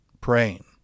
praying